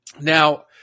Now